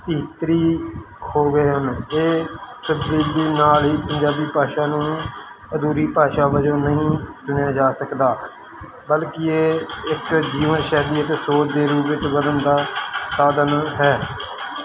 ਹੋ ਗਏ ਹਨ ਇਹ ਤਬਦੀਲੀ ਨਾਲ ਹੀ ਪੰਜਾਬੀ ਭਾਸ਼ਾ ਨੂੰ ਅਧੂਰੀ ਭਾਸ਼ਾ ਵਜੋਂ ਨਹੀਂ ਚੁਣਿਆ ਜਾ ਸਕਦਾ ਬਲਕਿ ਇਹ ਇੱਕ ਜੀਵਨ ਸ਼ੈਲੀ ਅਤੇ ਸੋਧ ਦੇ ਰੂਪ ਵਿੱਚ ਵਧਣ ਦਾ ਸਾਧਨ ਹੈ